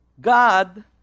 God